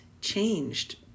changed